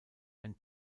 ein